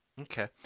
Okay